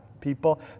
people